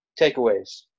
takeaways